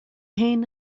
haon